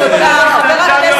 תודה רבה.